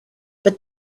but